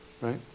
Right